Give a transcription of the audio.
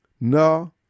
No